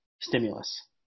stimulus